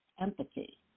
empathy